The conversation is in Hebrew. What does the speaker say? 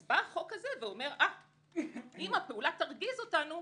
אז בא החוק הזה ואומר: אם הפעולה תרגיז אותנו,